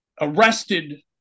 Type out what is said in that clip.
arrested